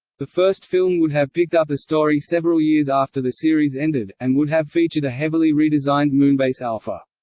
the first film would have picked up the story several years after the series ended, and would have featured a heavily redesigned moonbase alpha.